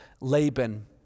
Laban